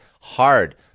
hard